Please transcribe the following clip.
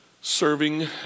serving